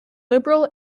liberal